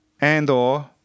Andor